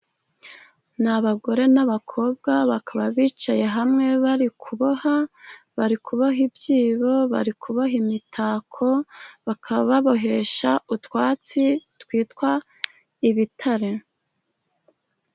Ni abagore n'abakobwa bakaba bicaye hamwe bari kuboha. Bari kuboha ibyibo, bari kuboha imitako bakaba babohesha utwatsi twitwa ibitare.